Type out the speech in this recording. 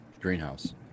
greenhouse